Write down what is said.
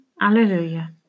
alleluia